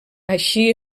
així